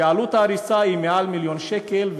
שעלות ההריסה היא מעל מיליון שקל,